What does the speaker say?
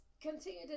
continue